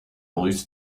loose